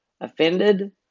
offended